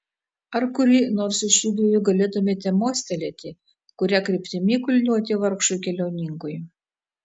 ar kuri nors iš judviejų galėtumėte mostelėti kuria kryptimi kulniuoti vargšui keliauninkui